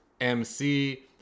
MC